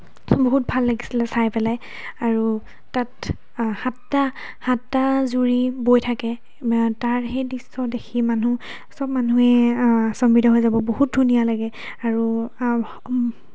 বহুত ভাল লাগিছিলে চাই পেলাই আৰু তাত সাতটা সাতটা জুৰি বৈ থাকে তাৰ সেই দৃশ্য দেখি মানুহ চব মানুহেই আচম্বিত হৈ যাব বহুত ধুনীয়া লাগে আৰু